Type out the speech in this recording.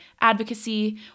advocacy